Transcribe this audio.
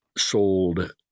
sold